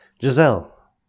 Giselle